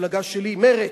המפלגה שלי, מרצ.